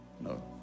No